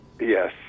Yes